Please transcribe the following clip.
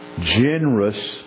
generous